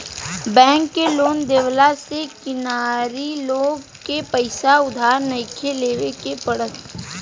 bank के loan देवला से किरानी लोग के पईसा उधार नइखे लेवे के पड़त